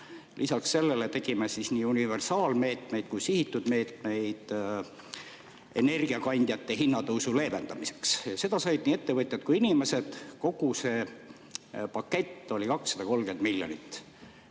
Lisaks sellele [kehtestasime] nii universaalmeetmeid kui ka sihitud meetmeid energiakandjate hinna tõusu leevendamiseks. Seda said nii ettevõtjad kui ka inimesed. Kogu see pakett oli 230 miljonit.